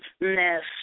nest